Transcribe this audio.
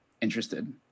interested